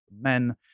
men